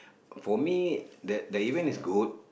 for me that that event is good